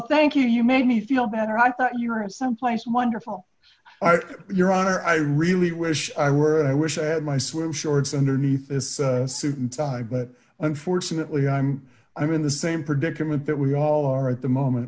thank you you made me feel better i thought you were someplace wonderful your honor i really wish i were i wish i had my swim shorts underneath a suit and tie but unfortunately i'm i'm in the same predicament that we all are at the moment